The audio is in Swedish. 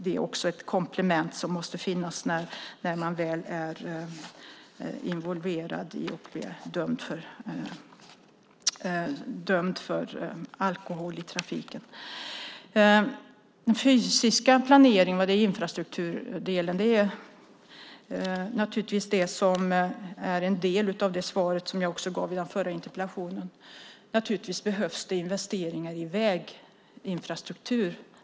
Det är ett komplement som måste finnas när man väl är involverad i detta och blivit dömd på grund av alkohol i trafiken. Den fysiska planeringen och infrastrukturdelen är en del av det svar som jag gav på den förra interpellationen. Det behövs naturligtvis investeringar i väginfrastruktur.